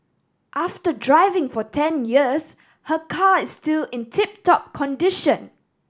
after driving for ten years her car is still in tip top condition